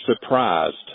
surprised